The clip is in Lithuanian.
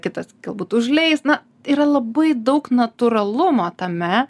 kitas galbūt užleis na yra labai daug natūralumo tame